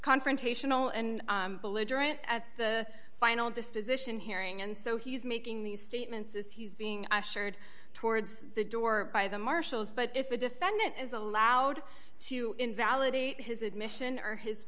confrontational and belligerent at the final disposition hearing and so he's making these statements as he's being ushered towards the door by the marshals but if the defendant is allowed to invalidate his admission or his